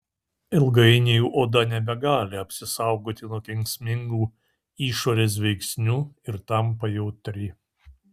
ilgainiui oda nebegali apsisaugoti nuo kenksmingų išorės veiksnių ir tampa jautri